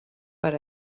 per